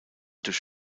durch